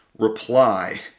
reply